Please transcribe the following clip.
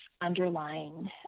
underlying